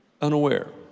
Unaware